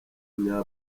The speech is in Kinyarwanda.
munya